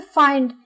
find